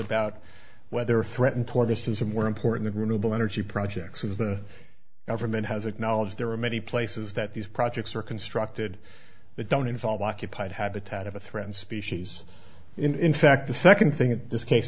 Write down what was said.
about whether threatened tortoises are more important renewable energy projects as the government has acknowledged there are many places that these projects are constructed that don't involve occupied habitat of a threatened species in fact the second thing in this case